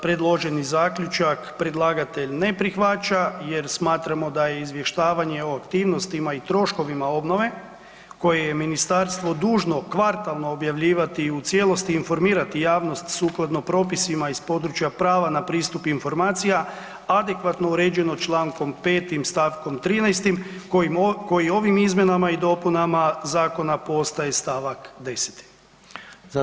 Predloženi zaključak predlagatelj ne prihvaća jer smatramo da je izvještavanje o aktivnostima i troškovima obnove koje je ministarstvo dužno kvartalno objavljivati u cijelosti i informirati javnost sukladno propisima iz područja prava na pristup informacija, adekvatno uređeno čl. 5. stavkom 13. koji ovim izmjenama i dopunama zakona postaje stavak 10.